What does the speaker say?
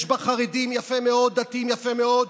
יש בה חרדים, יפה מאוד, דתיים, יפה מאוד.